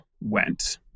went